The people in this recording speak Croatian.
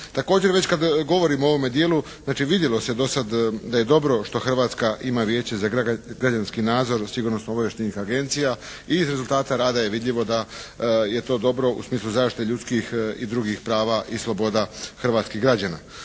Također već kada govorimo o ovome dijelu, znači vidjelo se dosad da je dobro što Hrvatska ima Vijeće za građanski nadzor sigurnosno-obavještajnih agencija i iz rezultata rada je vidljivo da je to dobro u smislu zaštite ljudskih i drugih prava i sloboda hrvatskih građana.